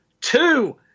Two